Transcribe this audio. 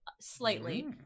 slightly